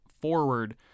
forward